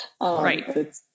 right